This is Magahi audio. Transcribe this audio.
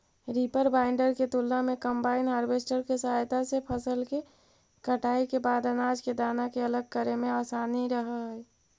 रीपर बाइन्डर के तुलना में कम्बाइन हार्वेस्टर के सहायता से फसल के कटाई के बाद अनाज के दाना के अलग करे में असानी रहऽ हई